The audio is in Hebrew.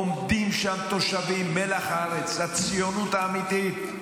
עומדים שם תושבים, מלח הארץ, הציונות האמיתית.